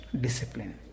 discipline